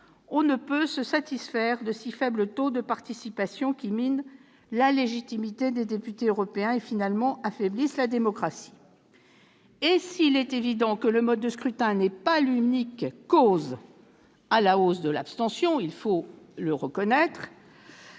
l'on ne peut se satisfaire de si faibles taux de participation, qui minent la légitimité des députés européens et, finalement, affaiblissent la démocratie. Il est évident que le mode de scrutin n'est pas l'unique cause de la hausse de l'abstention- il faut le reconnaître.